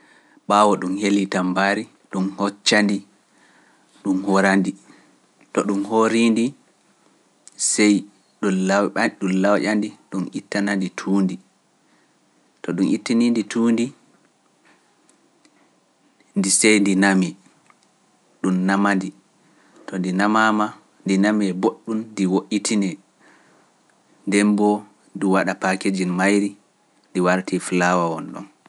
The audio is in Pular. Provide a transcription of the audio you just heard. Ɓaawo ɗum helii tammbaari, ɗum hocca ndi, ɗum hora ndi, to ɗum horii ndi, sey ɗum lawƴa ndi, ɗum ittana ndi tuundi, to ɗum ittini ndi tuundi, ndi sey ndi nami, ɗum nama ndi, to ndi namaama ndi nami e boɗɗum ndi woɗɗitinee, ndemboo ndu waɗa paakeji mayri ndi wartii fulaawa won ɗon.